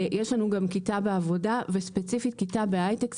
יש לנו גם כיתה בעבודה וספציפית כיתה בהייטק,